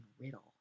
riddle